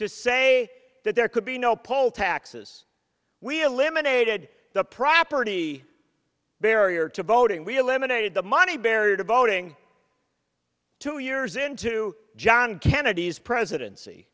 to say that there could be no poll taxes we eliminated the property barrier to voting we eliminated the money barrier to voting two years into john kennedy's presidency